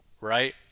right